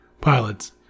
Pilot's